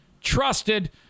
Trusted